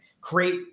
create